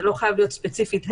זה לא חייב להיות ספציפית הם,